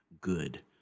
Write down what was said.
good